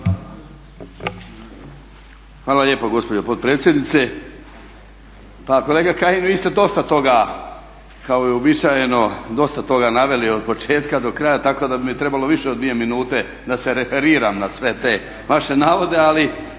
Hvala lijepo gospođo potpredsjednice. Pa kolega Kajin, vi ste dosta toga kao i uobičajeno dosta toga naveli od početka do kraja, tako da bi mi trebalo više od 2 minute da se referiram na sve te vaše navode. Ali